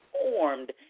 formed